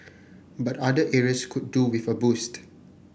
but other areas could do with a boost